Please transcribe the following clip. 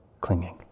clinging